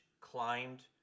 climbed